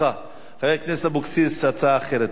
חברת הכנסת אבקסיס, הצעה אחרת, בבקשה.